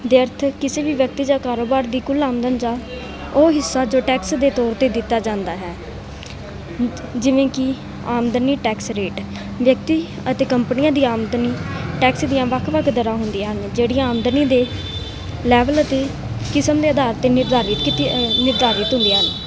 ਦੇ ਅਰਥ ਕਿਸੇ ਵੀ ਵਿਅਕਤੀ ਜਾਂ ਕਾਰੋਬਾਰ ਦੀ ਕੁੱਲ ਆਮਦਨ ਜਾ ਉਹ ਹਿੱਸਾ ਜੋ ਟੈਕਸ ਦੇ ਤੌਰ 'ਤੇ ਦਿੱਤਾ ਜਾਂਦਾ ਹੈ ਜਿਵੇਂ ਕਿ ਆਮਦਨੀ ਟੈਕਸ ਰੇਟ ਵਿਅਕਤੀ ਅਤੇ ਕੰਪਨੀਆਂ ਦੀ ਆਮਦਨੀ ਟੈਕਸ ਦੀਆਂ ਵੱਖ ਵੱਖ ਦਰ੍ਹਾਂ ਹੁੰਦੀਆਂ ਨੇ ਜਿਹੜੀਆਂ ਆਮਦਨੀ ਦੇ ਲੈਵਲ ਅਤੇ ਕਿਸਮ ਦੇ ਆਧਾਰ 'ਤੇ ਨਿਰਧਾਰਿਤ ਕੀਤੀ ਨਿਰਧਾਰਿਤ ਹੁੰਦੀਆਂ ਹਨ